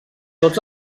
tots